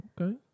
okay